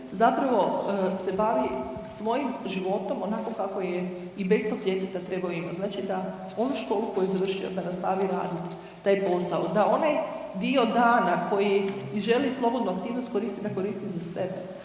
zapravo se bavi svojim životom onako kako je i bez tog djeteta trebao imati. Znači da onu školu koju je završio da nastavi radit taj posao, da onaj dio dana koji želi slobodnu aktivnost koristit da koristi za sebe,